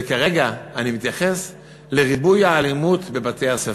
וכרגע אני מתייחס לריבוי האלימות בבתי-הספר,